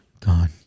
Gone